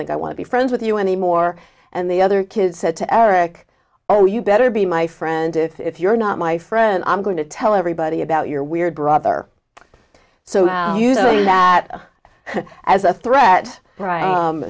think i want to be friends with you anymore and the other kid said to eric oh you better be my friend if if you're not my friend i'm going to tell everybody about your weird brother so using that as a threat right